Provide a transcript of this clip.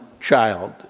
child